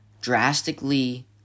drastically